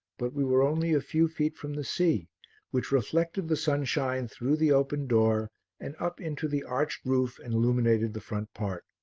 but we were only a few feet from the sea which reflected the sunshine through the open door and up into the arched roof and illuminated the front part.